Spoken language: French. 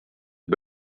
est